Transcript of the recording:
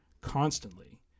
constantly